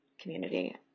community